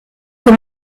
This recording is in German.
für